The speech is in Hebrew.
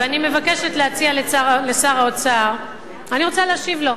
ואני מבקשת להציע לשר האוצר, אני רוצה להשיב לו.